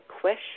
question